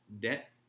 debt